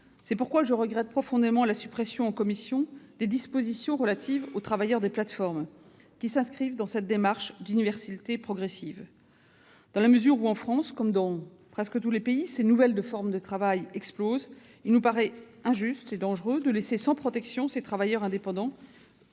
C'est pourquoi je regrette profondément la suppression, en commission, des dispositions relatives aux travailleurs des plateformes, qui s'inscrivent dans cette démarche d'universalité progressive. Dans la mesure où, en France comme dans presque tous les pays, ces nouvelles formes de travail explosent, il nous paraît injuste et dangereux de laisser sans protection ces travailleurs indépendants,